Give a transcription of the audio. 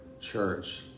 church